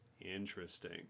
Interesting